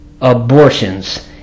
abortions